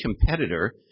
competitor